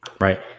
Right